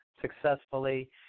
successfully